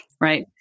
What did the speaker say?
right